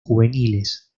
juveniles